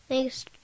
Thanks